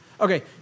Okay